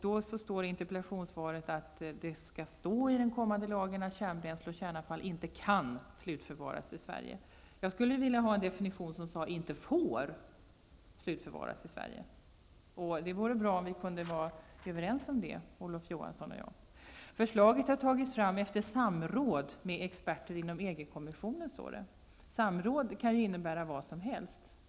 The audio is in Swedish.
Det står i interpellationssvaret att det skall stå i den kommande lagen att kärnbränsle och kärnavfall inte skall slutförvaras i Sverige. Jag skulle vilja ha en definition som säger att sådant material inte ''får'' slutförvaras i Sverige. Det vore bra om Olof Johansson och jag kunde vara överens om det. Det står också i interpellationen att förslag har tagits fram efter samråd med experter inom EG kommissionen. Samråd kan innebära vad som helst.